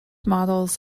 models